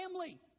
family